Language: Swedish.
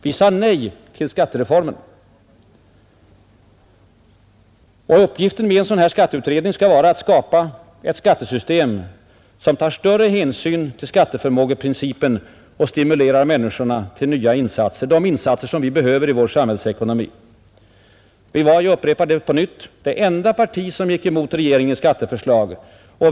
Vi sade nej till skattereformen. Uppgiften för en dylik skatteutredning skall vara att skapa ett skattesystem som tar större hänsyn till skatteförmågeprincipen och stimulerar människorna till nya insatser — de insatser som vi behöver i vår samhällsekonomi. Vårt parti var, jag upprepar det, det enda som gick emot regeringens skatteförslag.